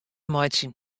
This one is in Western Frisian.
meitsjen